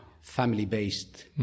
family-based